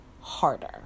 harder